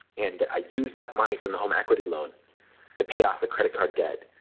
and i used that money from the home equity loan to pay off the credit card debt,